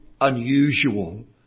unusual